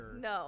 no